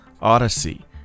Odyssey